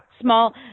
Small